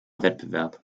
wettbewerb